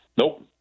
Nope